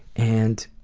and